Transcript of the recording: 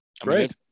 great